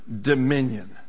dominion